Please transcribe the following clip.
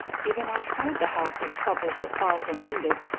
even outside the house his troubles were far from ended,